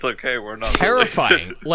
terrifying